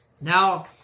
Now